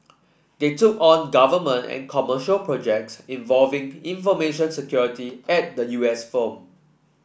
they took on government and commercial projects involving information security at the U S firm